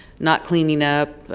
not cleaning up,